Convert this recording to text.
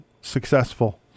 successful